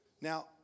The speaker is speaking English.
Now